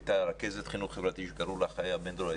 הייתה רכזת חינוך חברתי שקראו לה חיה בן דרור.